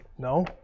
No